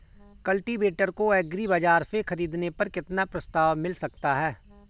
Cultivator को agri बाजार से ख़रीदने पर कितना प्रस्ताव मिल सकता है?